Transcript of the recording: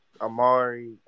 Amari